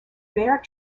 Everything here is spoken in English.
bear